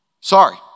Sorry